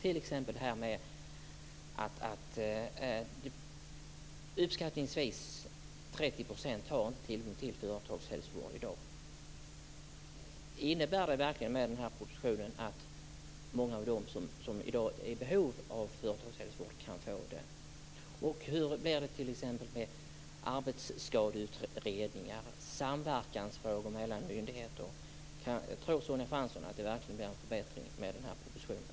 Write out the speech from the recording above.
Bl.a. är det så att uppskattningsvis 30 % av arbetstagarna i dag inte har tillgång till företagshälsovård. Innebär verkligen den här propositionen att många av dem som i dag skulle behöva företagshälsovård också kan få det? Hur blir det t.ex. med arbetsskadeutredningar och frågor om samverkan mellan mellan myndigheter? Tror Sonja Fransson verkligen att det blir någon förbättring med den här propositionen?